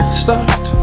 start